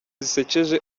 zisekeje